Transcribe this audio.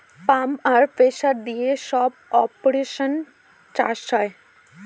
pump আর pressure দিয়ে সব অরপনিক্স চাষ হয়